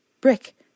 Brick